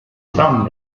fun